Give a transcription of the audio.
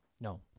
no